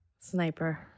Sniper